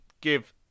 give